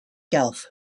guelph